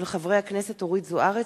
מאת חברי הכנסת זבולון אורלב,